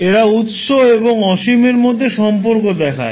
এরা উত্স এবং অসীমের মধ্যে সম্পর্ক দেখায়